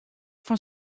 fan